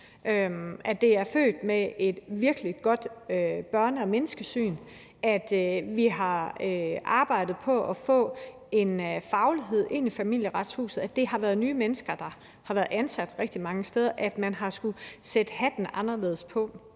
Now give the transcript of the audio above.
at det er født med et virkelig godt børne- og menneskesyn; at vi har arbejdet på at få en faglighed ind i Familieretshuset. Det har været nye mennesker, der har været ansat rigtig mange steder, og man har skullet sætte hatten anderledes på.